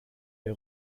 der